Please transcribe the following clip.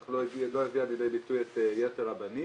אך לא הביאה לידי ביטוי את יתר הבנים,